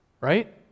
Right